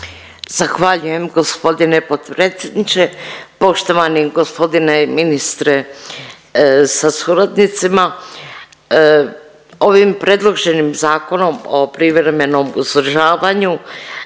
Zahvaljujem g. potpredsjedniče, poštovani g. ministre sa suradnicima. Ovim predloženim zakonom o privremenom uzdržavanju